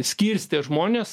skirstė žmones